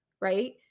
right